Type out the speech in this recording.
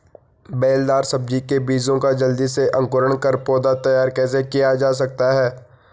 बेलदार सब्जी के बीजों का जल्दी से अंकुरण कर पौधा तैयार कैसे किया जा सकता है?